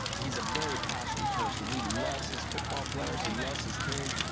he's a very passionate person. he loves his football players, he loves his team.